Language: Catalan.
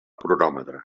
cronòmetre